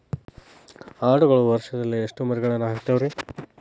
ಆಡುಗಳು ವರುಷದಲ್ಲಿ ಎಷ್ಟು ಮರಿಗಳನ್ನು ಹಾಕ್ತಾವ ರೇ?